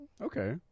Okay